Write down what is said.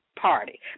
party